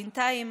בינתיים,